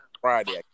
Friday